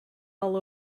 all